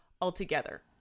altogether